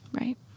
Right